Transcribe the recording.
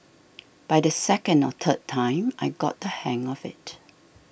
by the second or third time I got the hang of it